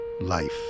life